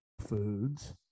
foods